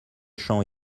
champ